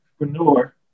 entrepreneur